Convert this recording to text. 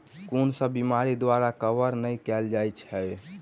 कुन सब बीमारि द्वारा कवर नहि केल जाय है?